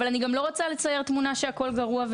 אבל אני גם לא רוצה לצייר תמונה שהכול גרוע,